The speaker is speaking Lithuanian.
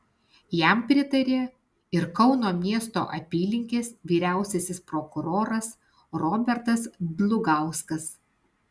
jam pritarė ir kauno miesto apylinkės vyriausiasis prokuroras robertas dlugauskas